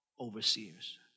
overseers